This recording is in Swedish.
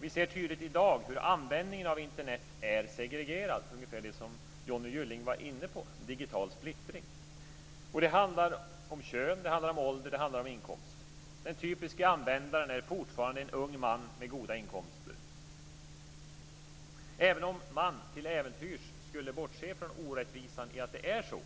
Vi ser tydligt i dag hur användningen av Internet är segregerad. Det är ungefär det som Johnny Gylling var inne på, digital splittring. Det handlar om kön, ålder och inkomst. Den typiske användaren är fortfarande en ung man med goda inkomster. Även om man, till äventyrs, skulle bortse från orättvisan att det är så,